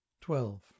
twelve